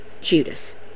Judas